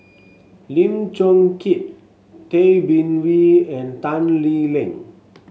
Lim Chong Keat Tay Bin Wee and Tan Lee Leng